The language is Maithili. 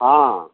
हँ